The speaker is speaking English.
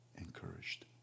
encouraged